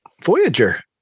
Voyager